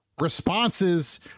responses